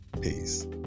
Peace